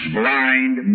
blind